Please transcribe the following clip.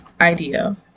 idea